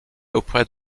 auprès